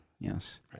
Yes